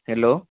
hello